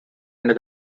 under